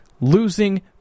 losing